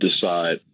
decide